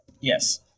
Yes